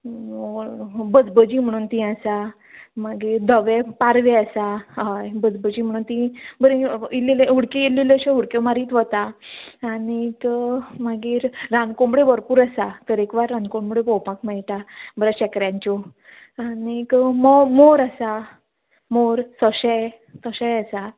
बजबजीं म्हणून तीं आसात मागीर धवे पारवे आसात हय बजबजीं म्हणून तीं बरीं इल्ले इल्ले उडकी इल्ल्यो इल्ल्यो अश्यो उडक्यो मारीत वता आनी त मागीर रानकोंबड्यो भरपूर आसात तरेकवार रानकोंबड्यो पोवपाक मेयटा बऱ्या शेंकऱ्यांच्यो आनीक मो मोर आसा मोर सोंशे तशेंय आसा